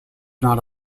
not